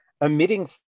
emitting